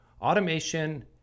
Automation